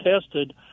tested